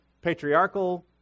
patriarchal